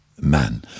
man